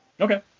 Okay